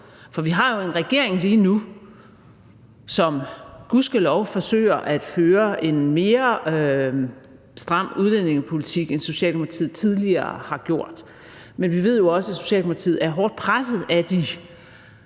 For vi har jo en regering lige nu, som gudskelov forsøger at føre en mere stram udlændingepolitik, end Socialdemokratiet tidligere har gjort. Men vi ved jo også, at Socialdemokratiet er hårdt presset af de